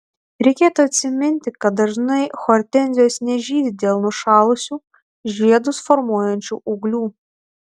reikėtų atsiminti kad dažnai hortenzijos nežydi dėl nušalusių žiedus formuojančių ūglių